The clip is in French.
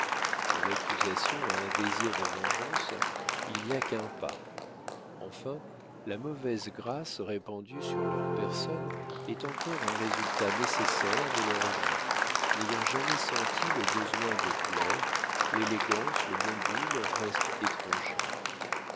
de l'accusation à un désir de vengeance il n'y a qu'un pas enfin la mauvaise grâce répandue sur leurs personnes est encore un résultat nécessaire de leur vie n'ayant jamais senti le besoin de plaire l'élégance le bon goût leur restent étrangers